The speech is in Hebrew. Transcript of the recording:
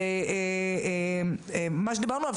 זה מה שדיברנו עליו,